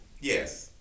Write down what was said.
Yes